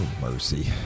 mercy